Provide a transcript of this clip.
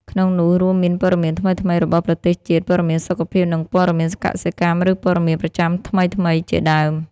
ក្នុងនោះរួមមាន ព័ត៌មានថ្មីៗរបស់ប្រទេសជាតិ ព័ត៌មានសុខភាព និងព័ត៌មានកសិកម្ម ឬព័ត៌មានប្រចាំថ្មីៗជាដើម។